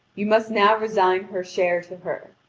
you must now resign her share to her.